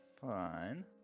fine